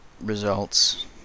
results